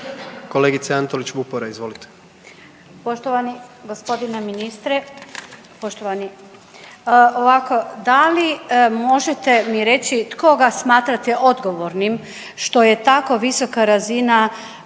izvolite. **Antolić Vupora, Barbara (SDP)** Poštovani g. ministre, poštovani. Ovako da li možete mi reći koga smatrate odgovornim što je tako visoka razina